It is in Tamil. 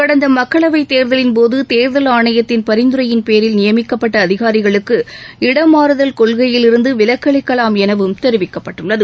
கடந்த மக்களவைத் தேர்தலின்போது தேர்தல் ஆணையத்தின் பரிந்துரையின்பேரில் நியமிக்கப்பட்ட அதிகாரிகளுக்கு இடமாறுதல் கொள்கையிலிருந்து விலக்களிக்கலாம் எனவும் தெரிவிக்கப்பட்டுள்ளது